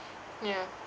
yeah